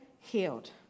healed